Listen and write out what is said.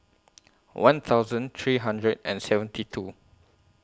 one thousand three hundred and seventy two